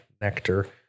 nectar